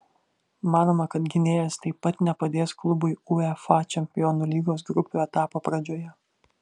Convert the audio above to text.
manoma kad gynėjas taip pat nepadės klubui uefa čempionų lygos grupių etapo pradžioje